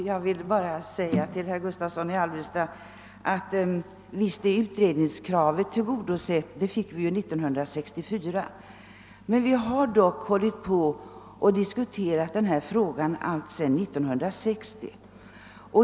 Herr talman! Jag vill bara till herr Gustavsson i Alvesta säga att utredningskravet visserligen blivit tillgodosett år 1964 men att vi dock diskuterat denna fråga alltsedan år 1960.